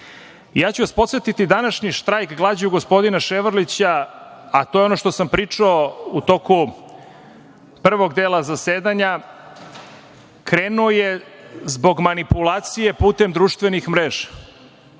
vas, današnji štrajk glađu gospodina Ševarlića, a to je ono što sam pričao u toku prvog dela zasedanja, krenuo je zbog manipulacije putem društvenih mreža.